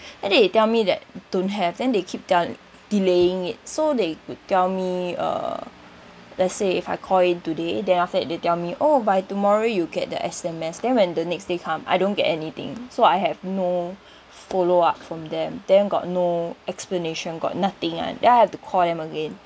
and he tell me that don't have then they keep de~ delaying it so they would tell me uh let's say if I call in today then after that they tell me oh by tomorrow you get the S_M_S then when the next day come I don't get anything so I have no follow up from them then got no explanation got nothing [one] then I have to call him again